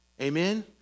Amen